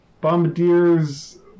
Bombardier's